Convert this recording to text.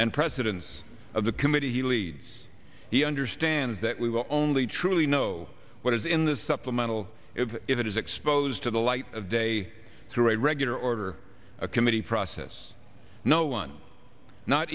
and presidents of the committee he leads he understands that we were only truly know what is in this supplemental if it is exposed to the light of day through a regular order a committee process no one not